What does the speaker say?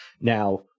now